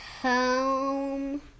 home